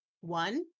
one